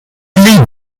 leave